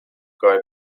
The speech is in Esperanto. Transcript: kaj